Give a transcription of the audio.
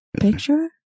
Picture